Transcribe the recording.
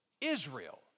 Israel